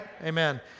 Amen